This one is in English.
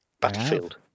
Battlefield